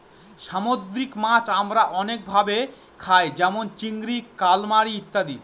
সামুদ্রিক মাছ আমরা অনেক ভাবে খায় যেমন চিংড়ি, কালামারী ইত্যাদি